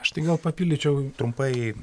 aš tai gal papildyčiau trumpai